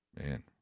man